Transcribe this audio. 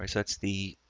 i mean that's the